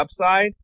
upside